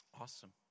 Awesome